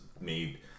made